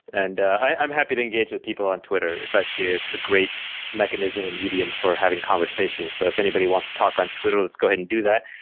and i'm happy to engage with people on twitter. it's actually a great mechanism and medium for having conversations. so if anybody wants to talk on twitter, let's go ahead and do that.